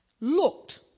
looked